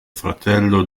fratello